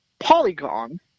polygon